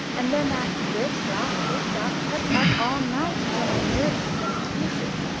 and then that drip-drop, drip-drop kept up all night until my nerves just went to pieces.